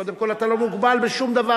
קודם כול אתה לא מוגבל בשום דבר.